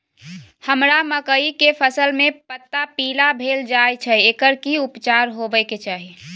हमरा मकई के फसल में पता पीला भेल जाय छै एकर की उपचार होबय के चाही?